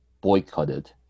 boycotted